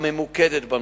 הממוקדת בנושא.